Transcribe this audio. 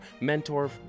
mentor